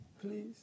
Please